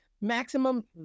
maximum